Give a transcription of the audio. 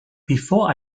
before